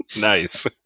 nice